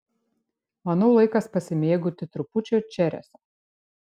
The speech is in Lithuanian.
manau laikas pasimėgauti trupučiu chereso